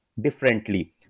differently